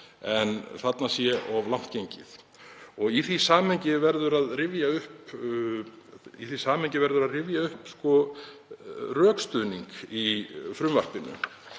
en þarna sé of langt gengið. Í því samhengi verður að rifja upp rökstuðning í frumvarpinu